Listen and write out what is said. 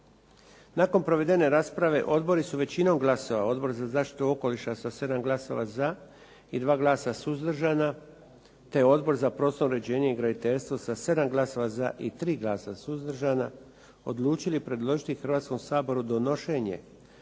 Nakon provedene rasprave, odbori su većinom glasova, Odbor za zaštitu okoliša sa 7 glasova za i 2 glasa suzdržana, te Odbor za prostorno uređenje i graditeljstvo sa 7 glasova za i 3 glasa suzdržana odlučili predložili Hrvatskom saboru donošenje